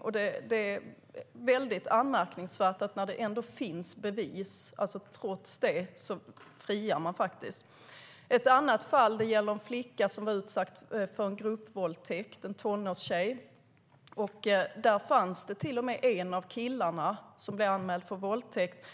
Och det är anmärkningsvärt att man friar trots att det finns bevis. Ett annat fall gäller en tonårstjej som var utsatt för en gruppvåldtäkt. En av killarna som blev anmälda för våldtäkt